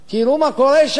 תראו מה קורה שם